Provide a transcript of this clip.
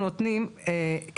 גם אם הוא היה מחליט